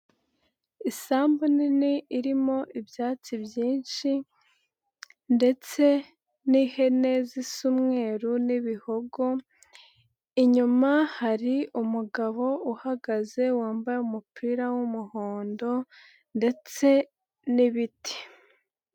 Isambu nini irimo ibyatsi byinshi ndetse n'ihene zisa umweru n'ibihogo, inyuma hari umugabo uhagaze wambaye umupira w'umuhondo ndetse n'ibiti.